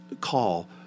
call